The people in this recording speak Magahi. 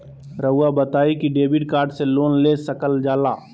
रहुआ बताइं कि डेबिट कार्ड से लोन ले सकल जाला?